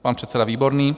Pan předseda Výborný.